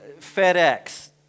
FedEx